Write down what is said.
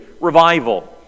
Revival